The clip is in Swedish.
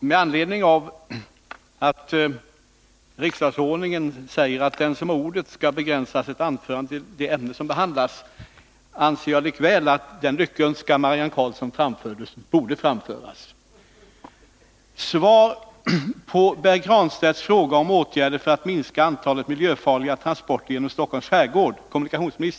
Oaktat vad som står i riksdagsordningen om att den som har ordet skall begränsa sitt anförande till det ämne som behandlas, så anser jag likväl att den lyckönskan Marianne Karlsson framförde borde framföras.